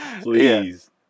Please